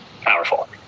powerful